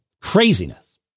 craziness